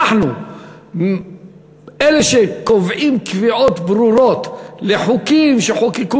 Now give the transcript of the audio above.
אלה שקובעים קביעות ברורות וחוקים שחוקקו